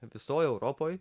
visoj europoj